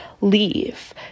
leave